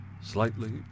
Slightly